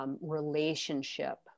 relationship